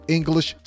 English